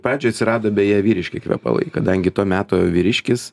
pradžioj atsirado beje vyriški kvepalai kadangi to meto vyriškis